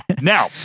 Now